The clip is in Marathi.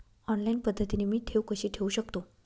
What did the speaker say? ऑनलाईन पद्धतीने मी ठेव कशी ठेवू शकतो?